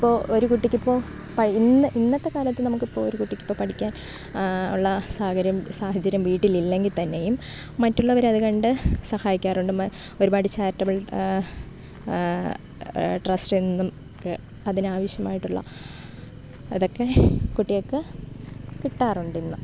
ഇപ്പോൾ ഒരു കുട്ടിക്ക് ഇപ്പോൾ ഇന്നത്തെ കാലത്ത് നമുക്ക് ഇപ്പോൾ ഒരു കുട്ടിക്ക് ഇപ്പം പഠിക്കാൻ ഉള്ള സാഹര്യം സാഹചര്യം വീട്ടിൽ ഇല്ലെങ്കിൽ തന്നെയും മറ്റുള്ളവർ അത് കണ്ടു സഹായിക്കാറുണ്ട് ഒരുപാട് ചാരിറ്റബിൾ ട്രസ്റ്റ് നമുക്ക് ആവശ്യമായിട്ടുള്ള അതൊക്കെ കുട്ടികൾക്ക് കിട്ടാറുണ്ട് ഇന്ന്